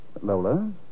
Lola